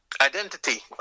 identity